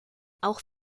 auch